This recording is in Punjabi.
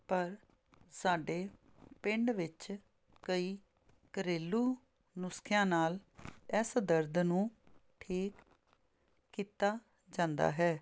ਪਰ ਸਾਡੇ ਪਿੰਡ ਵਿੱਚ ਕਈ ਘਰੇਲੂ ਨੁਸਖਿਆਂ ਨਾਲ ਇਸ ਦਰਦ ਨੂੰ ਠੀਕ ਕੀਤਾ ਜਾਂਦਾ ਹੈ